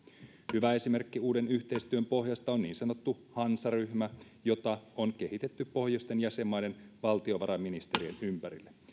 hyvä esimerkki uuden yhteistyön pohjasta on niin sanottu hansaryhmä jota on kehitetty pohjoisten jäsenmaiden valtiovarainministerien ympärille